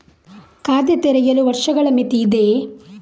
ಖಾತೆ ತೆರೆಯಲು ವರ್ಷಗಳ ಮಿತಿ ಇದೆಯೇ?